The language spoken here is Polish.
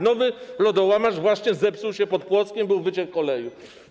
Nowy lodołamacz właśnie zepsuł się pod Płockiem, był wyciek oleju.